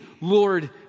Lord